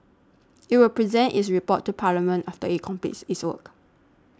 it will present its report to Parliament after it completes its work